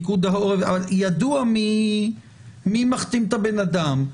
ידוע מי מחתים את הבן אדם,